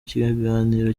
kiganiro